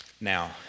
Now